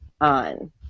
on